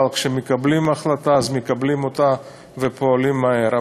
אבל כשמקבלים החלטה אז מקבלים אותה ופועלים מהר.